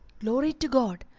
glory to god!